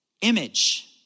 image